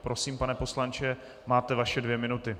Prosím, pane poslanče, máte vaše dvě minuty.